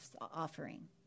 offering